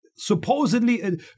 supposedly